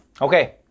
Okay